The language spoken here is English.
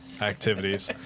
activities